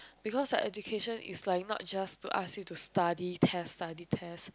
because the education is like not just to ask you to study test study test